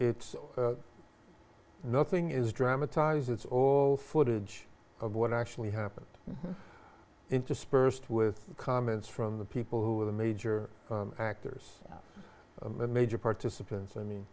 it's nothing is dramatise it's all footage of what actually happened interspersed with comments from the people who were the major actors major participants i mean